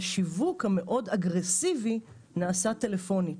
השיווק המאוד אגרסיבי נעשה טלפונית.